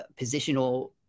positional